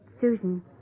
Susan